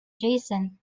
jason